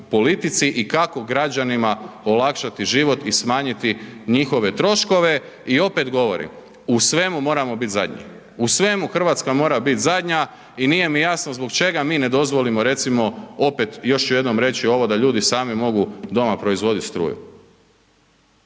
i kako građanima olakšati život i smanjiti njihove troškove i opet govorim, u svemu moramo bit zadnji, u svemu Hrvatska mora bit zadnja i nije mi jasno zbog čega mi ne dozvolimo recimo opet, još ću jednom reći ovo da ću jednom reći da ljudi sami mogu doma proizvodit struju.